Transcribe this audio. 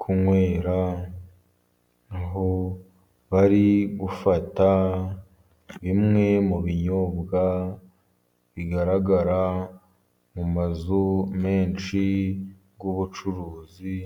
kunywera, Aho bari gufata bimwe mu binyobwa bigaragara mu mazu menshi y'ubucuruzi.